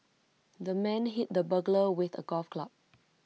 the man hit the burglar with A golf club